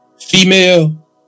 female